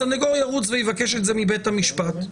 הסנגור ירוץ ויבקש את זה מבית המשפט.